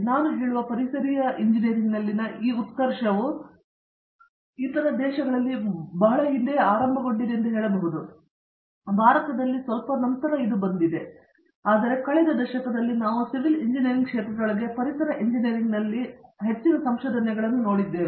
ನಾನು ಹೇಳುವ ಪರಿಸರೀಯ ಇಂಜಿನಿಯರಿಂಗ್ನಲ್ಲಿನ ಈ ಉತ್ಕರ್ಷವು ಇತರ ದೇಶಗಳಲ್ಲಿ ಹಿಂದೆಯೇ ಆರಂಭಗೊಂಡಿದೆ ಎಂದು ಹೇಳಬಹುದು ಭಾರತದಲ್ಲಿ ಹೆಚ್ಚು ನಂತರ ಇರಬಹುದು ಆದರೆ ಕಳೆದ ದಶಕದಲ್ಲಿ ನಾವು ಸಿವಿಲ್ ಎಂಜಿನಿಯರಿಂಗ್ ಕ್ಷೇತ್ರದೊಳಗೆ ಪರಿಸರ ಎಂಜಿನಿಯರಿಂಗ್ನಲ್ಲಿ ಹೆಚ್ಚಿನ ಸಂಶೋಧನೆಗಳನ್ನು ನೋಡಿದ್ದೇವೆ